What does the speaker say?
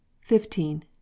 fifteen